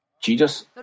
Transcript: Jesus